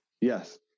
Yes